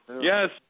yes